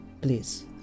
please